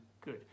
good